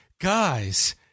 guys